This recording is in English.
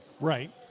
right